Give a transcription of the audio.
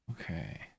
Okay